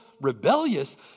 rebellious